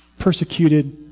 persecuted